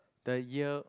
the year